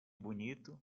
bonito